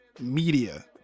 media